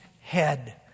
head